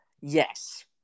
Yes